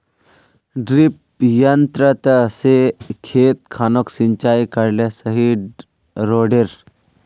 डिरिपयंऋ से खेत खानोक सिंचाई करले सही रोडेर?